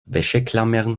wäscheklammern